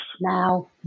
now